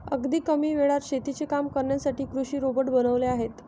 अगदी कमी वेळात शेतीची कामे करण्यासाठी कृषी रोबोट बनवले आहेत